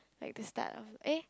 like the start of eh